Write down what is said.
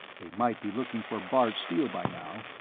they might be looking for bart steele by now,